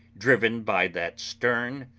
driven by that stern,